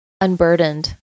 unburdened